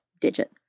digit